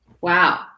wow